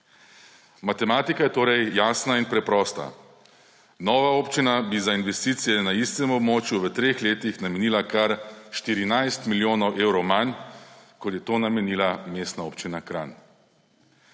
Matematika je torej jasna in preprosta. Nova občina bi za investicije na istem območju v treh letih namenila kar 14 milijonov evrov manj, kot je to namenila Mestna občina Kranj.